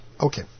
Okay